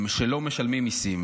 שלא משלמות מיסים.